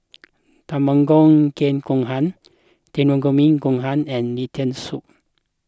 Tamago Kake Gohan Takikomi Gohan and Lentil Soup